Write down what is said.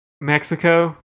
Mexico